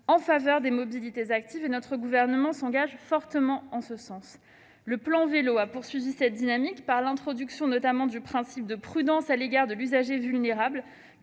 en faveur des mobilités actives, et notre gouvernement s'engage fortement en ce sens. Le plan Vélo a poursuivi cette dynamique par la création du principe de prudence à l'égard de l'usager vulnérable,